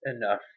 enough